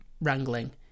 wrangling